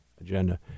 agenda